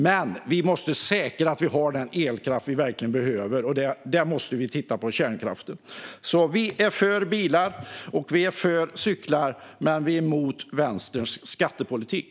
Men vi måste säkra att vi har den elkraft som vi verkligen behöver, och där måste vi titta på kärnkraften. Vi är för bilar, vi är för cyklar men vi är emot Vänsterns skattepolitik!